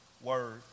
word